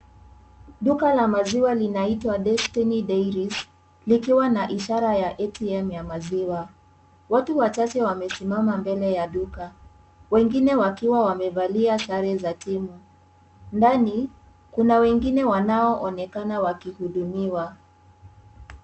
Duka la maziwa linaitwa Destiny Dairies, likiwa na ishara ya ATM ya maziwa, watu wachache wamesimama mbele ya duka, wengine wakiwa wamevalia sare za timu ndani kuna wengine anbao wanaonekana wakihudumiwa.